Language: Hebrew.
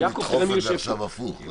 אנחנו מנסים לדחוף את זה הפוך עכשיו.